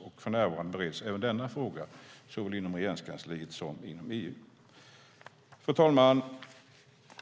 Även denna fråga bereds för närvarande såväl inom Regeringskansliet som inom EU. Fru talman!